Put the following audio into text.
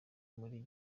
muri